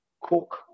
cook